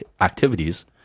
activities